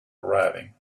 arriving